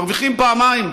מרוויחים פעמיים: